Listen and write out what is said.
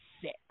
six